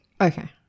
Okay